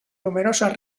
numerosas